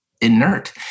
inert